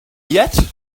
yet